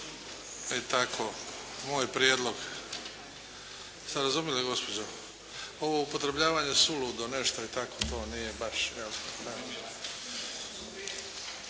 i tako, moj prijedlog. Jeste razumjeli gospođo? Ovo upotrebljavanje suludo nešto i tako to nije baš